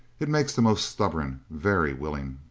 it makes the most stubborn, very willing.